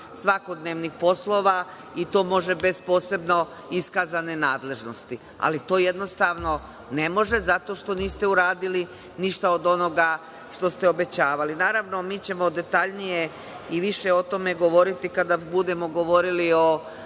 svakodnevnih poslova i to može bez posebno iskazane nadležnosti. To jednostavno ne može, zato što niste uradili ništa od onoga što ste obećavali. Naravno, mi ćemo detaljnije i više o tome govoriti kada budemo govorili o